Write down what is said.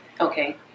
Okay